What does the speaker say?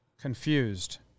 confused